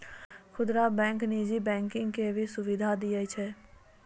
खुदरा बैंक नीजी बैंकिंग के भी सुविधा दियै छै